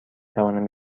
توانم